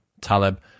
Taleb